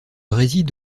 réside